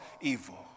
evil